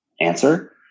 answer